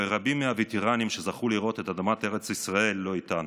ורבים מהווטרנים שזכו לראות את אדמת ארץ ישראל לא איתנו.